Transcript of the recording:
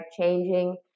changing